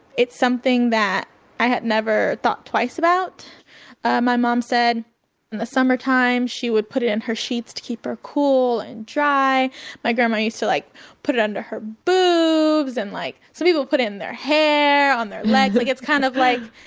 it's something that i had never thought twice about my mom said in the summertime she would put it in her sheets to keep her cool and dry my grandmother used to like put it under her boobs and like some people would put it in their hair on their legs like kind of like,